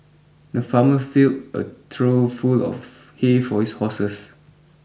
the farmer filled a trough full of hay for his horses